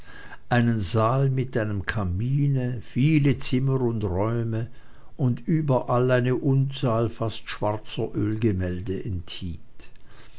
einen saal mit einem kamine viele zimmer und räume und überall eine unzahl fast schwarzer ölgemälde enthielt